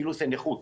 כאילו זו נכות.